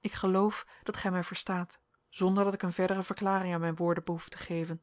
ik geloof dat gij mij verstaat zonder dat ik een verdere verklaring aan mijn woorden behoef te geven